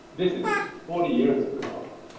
this is forty years ago,